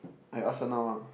I ask her now ah